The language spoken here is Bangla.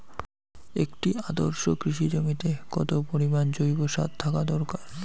একটি আদর্শ কৃষি জমিতে কত পরিমাণ জৈব সার থাকা দরকার?